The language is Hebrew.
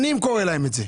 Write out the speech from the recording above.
שנים קורה להן את זה,